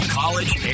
college